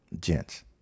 Gents